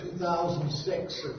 2006